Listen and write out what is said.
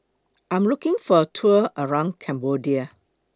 I Am looking For A Tour around Cambodia